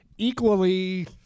Equally